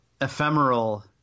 ephemeral